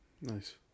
nice